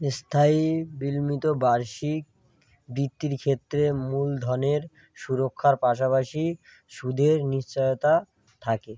এস্থায়ী বিলমিত বার্ষিক বৃত্তির ক্ষেত্রে মূলধনের সুরক্ষার পাশাপাশি সুদের নিশ্চায়তা থাকে